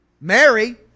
Mary